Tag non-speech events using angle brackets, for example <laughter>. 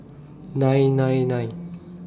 nine nine nine <noise>